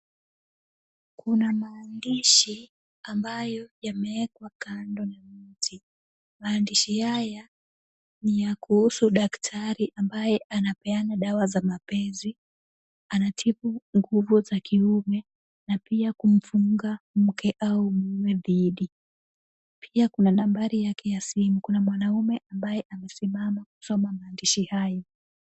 Kuna maongeshi ambayo yameekwa kando. Maandaishi haya ni kuhusu daktari ambaye anapeana dawa za mapenzi, anatibu nguvu za kiume na pia kumfunga mme au mme dhidi. Pia kuna nambari yake ya simu. Kuna mwanaume ambaye amesimama kusoma maandishi haya.